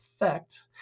effect